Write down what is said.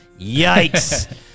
Yikes